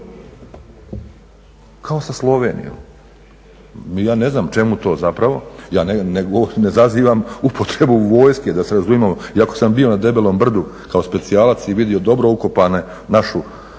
kao sa Slovenijom. Ja ne znam čemu to zapravo, ja ne govorim, ne zazivam upotrebu vojske da se razumijemo iako sam bio na Debelom Brdu kao specijalac i vidio dobro ukopane, naše